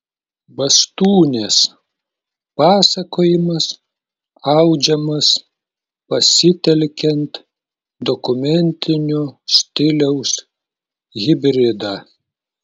bastūnės pasakojimas audžiamas pasitelkiant dokumentinio stiliaus hibridą